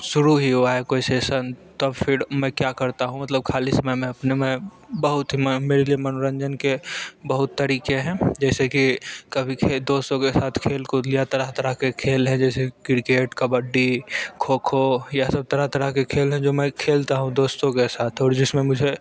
शुरू ही हुआ है कोई सेशन तब फिर मैं क्या करता हूँ मतलब ख़ाली समय मैं अपने में बहुत में मेरे लिए मनोरंजन के बहुत तरीके हैं जैसे कि कभी के दोस्तों के साथ खेलकूद लिया तरह तरह के खेल है जैसे क्रिकेट कबड्डी खोखो ये सब तरह तरह के खेल है जो मैं खेलता हूँ दोस्तों के साथ और जिसमें मुझे